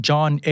John